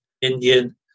Indian